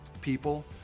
people